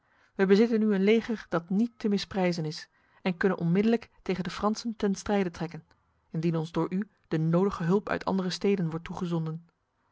wij bezitten nu een leger dat niet te misprijzen is en kunnen onmiddellijk tegen de fransen ten strijde trekken indien ons door u de nodige hulp uit andere steden wordt toegezonden